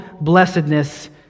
blessedness